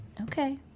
Okay